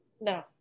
No